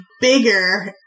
bigger